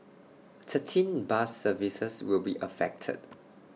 thirteen bus services will be affected